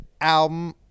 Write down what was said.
album